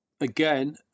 again